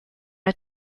are